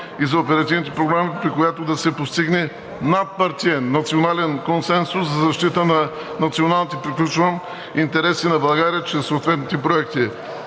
и за оперативните програми, при която да се постигне надпартиен, национален консенсус за защита на националните интереси на България чрез съответните проекти.